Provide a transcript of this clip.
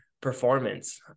performance